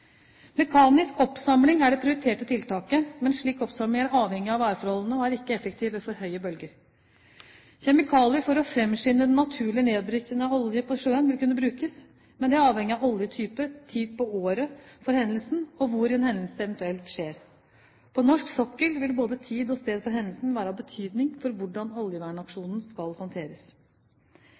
Mekanisk oppsamling er det prioriterte tiltaket, men slik oppsamling er avhengig av værforholdene og er ikke effektiv ved for høye bølger. Kjemikalier for å fremskynde den naturlige nedbrytningen av olje på sjøen vil kunne brukes, med det er avhengig av oljetype, tid på året for hendelsen, og hvor en hendelse eventuelt skjer. På norsk sokkel vil både tid og sted for hendelsen være av betydning for hvordan oljevernaksjonen skal håndteres.